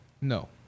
No